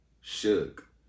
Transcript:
shook